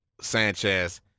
Sanchez